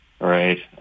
Right